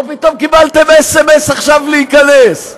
או פתאום קיבלתם סמס עכשיו להיכנס?